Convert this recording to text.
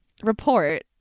report